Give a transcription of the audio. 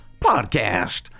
podcast